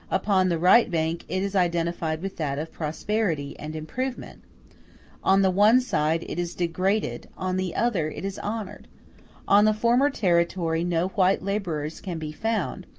upon the right bank it is identified with that of prosperity and improvement on the one side it is degraded, on the other it is honored on the former territory no white laborers can be found,